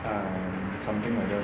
um something like that